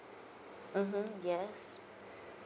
mmhmm yes